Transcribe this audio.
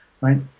Right